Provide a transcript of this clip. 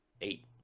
eight